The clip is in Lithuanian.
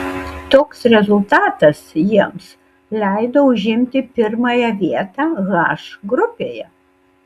toks rezultatas jiems leido užimti pirmąją vietą h grupėje